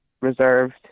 reserved